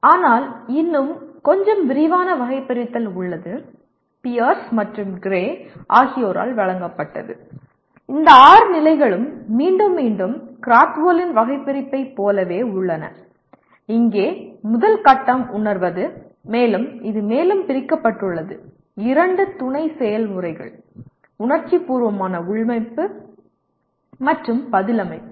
ஆனால் இன்னும் கொஞ்சம் விரிவான வகைபிரித்தல் உள்ளது பியர்ஸ் மற்றும் கிரே ஆகியோரால் வழங்கப்பட்டது இந்த ஆறு நிலைகளும் மீண்டும் மீண்டும் கிராத்வோலின் Krathwohl's வகைபிரிப்பைப் போலவே உள்ளன இங்கே முதல் கட்டம் உணர்வது மேலும் இது மேலும் பிரிக்கப்பட்டுள்ளது இரண்டு துணை செயல்முறைகள் உணர்ச்சிபூர்வமான உள்வைப்பு மற்றும் பதில் அமைப்பு